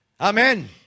Amen